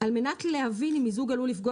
על מנת להבין אם מיזוג עלול לפגוע